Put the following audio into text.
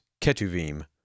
Ketuvim